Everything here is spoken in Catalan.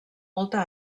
molta